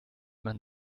man